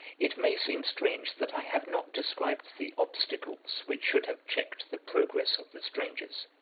it may seem strange that i have not described the obstacles which should have checked the progress of the strangers.